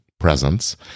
Presence